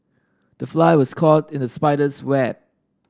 the fly was caught in the spider's web